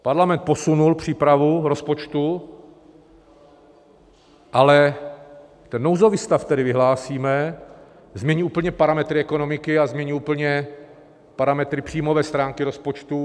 Parlament posunul přípravu rozpočtu, ale ten nouzový stav, který vyhlásíme, změní úplně parametry ekonomiky a změní úplně parametry příjmové stránky rozpočtu.